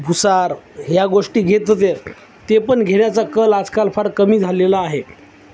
भुसार ह्या गोष्टी घेत होते ते पण घेण्याचा कल आजकाल फार कमी झालेला आहे